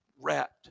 wrapped